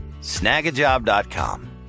Snagajob.com